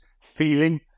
feeling